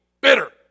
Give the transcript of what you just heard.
bitter